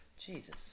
Jesus